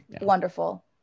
Wonderful